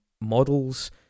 models